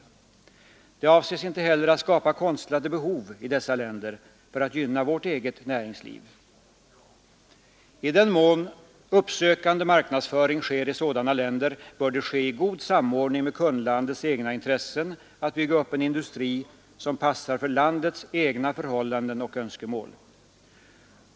Det avses inte heller att skapa konstlade behov i dessa länder för att gynna vårt eget näringsliv. I den mån uppsökande marknadsföring förekommer i sådana länder bör den ske i god samordning med kundlandets intressen att bygga upp en industri som passar för landets egna förhållanden och önskemål.